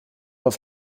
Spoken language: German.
auf